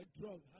drug